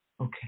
Okay